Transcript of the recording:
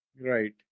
Right